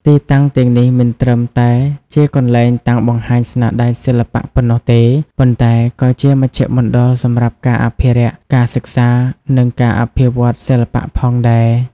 ទីតាំងទាំងនេះមិនត្រឹមតែជាកន្លែងតាំងបង្ហាញស្នាដៃសិល្បៈប៉ុណ្ណោះទេ ប៉ុន្តែក៏ជាមជ្ឈមណ្ឌលសម្រាប់ការអភិរក្ស ការសិក្សា និងការអភិវឌ្ឍន៍សិល្បៈផងដែរ។